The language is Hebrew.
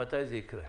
מתי זה יקרה?